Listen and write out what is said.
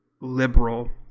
liberal